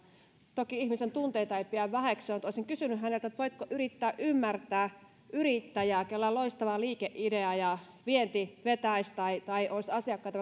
toki ihmisen tunteita ei pidä väheksyä mutta olisin kysynyt häneltä että voitko yrittää ymmärtää yrittäjää kellä on loistava liikeidea ja vienti vetäisi tai tai olisi asiakkaita